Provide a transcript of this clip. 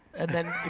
and then